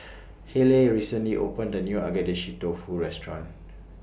Hayleigh recently opened The New Agedashi Dofu Restaurant